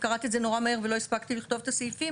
קראת את זה נורא מהר ולא הספקתי לכתוב את הסעיפים.